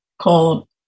called